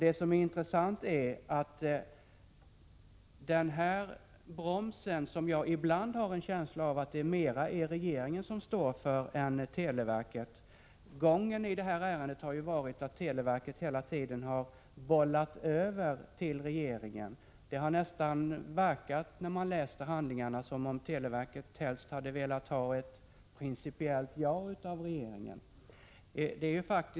Det finns en broms för sådan här verksamhet, och jag har en känsla av att det mera är regeringen än televerket som står för den. Gången i det här ärendet har nämligen varit att televerket hela tiden har bollat över frågan till regeringen. När man läst handlingarna har man nästan fått intrycket att televerket helst hade velat få ett principiellt ja av regeringen.